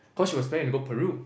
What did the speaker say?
cause she was planning to go Peru